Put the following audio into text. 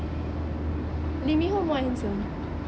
lee min ho more handsome